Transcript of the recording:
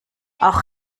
auch